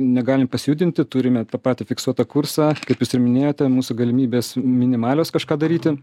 negali pasijudinti turime tą patį fiksuotą kursą kaip jūs ir minėjote mūsų galimybės minimalios kažką daryti